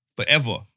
forever